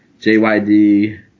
JYD